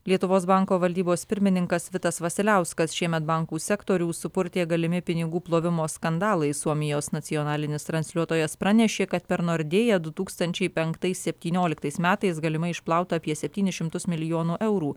lietuvos banko valdybos pirmininkas vitas vasiliauskas šiemet bankų sektorių supurtė galimi pinigų plovimo skandalai suomijos nacionalinis transliuotojas pranešė kad per nordėją du tūkstančiai penktais septynioliktais metais galimai išplauta apie septynis šimtus milijonų eurų